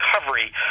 recovery